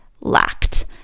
lacked